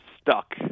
stuck